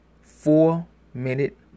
four-minute